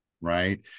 Right